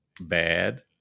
bad